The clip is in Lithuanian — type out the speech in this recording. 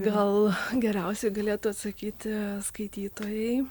gal geriausiai galėtų atsakyti skaitytojai